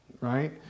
right